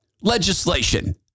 legislation